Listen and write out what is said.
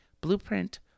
blueprint